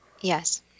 Yes